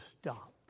stop